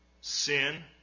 sin